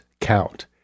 count